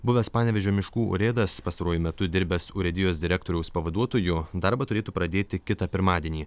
buvęs panevėžio miškų urėdas pastaruoju metu dirbęs urėdijos direktoriaus pavaduotojo darbą turėtų pradėti kitą pirmadienį